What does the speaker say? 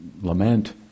lament